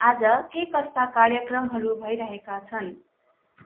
आज के कस्ता कार्यक्रमहरू भइरहेका छन्